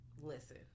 Listen